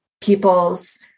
people's